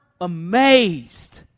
amazed